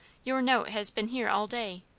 your note has been here all day,